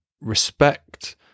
respect